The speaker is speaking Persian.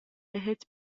بهت